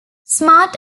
smart